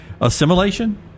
assimilation